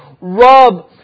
rub